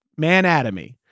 Manatomy